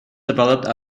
developed